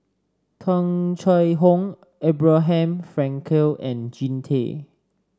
Tung Chye Hong Abraham Frankel and Jean Tay